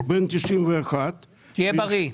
אני בן 91. תהיה בריא.